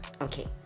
okay